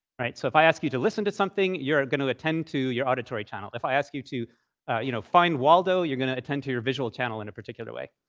right? so if i ask you to listen to something, you're going to attend to your auditory channel. if i ask you to you know find waldo, you're going to attend to your visual channel in a particular way.